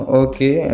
okay